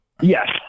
yes